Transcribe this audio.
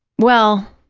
well.